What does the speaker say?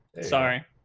Sorry